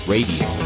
Radio